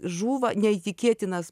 žūva neįtikėtinas